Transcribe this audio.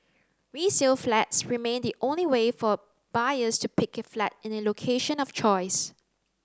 resale flats remain the only way for buyers to pick a flat in a location of choice